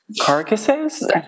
carcasses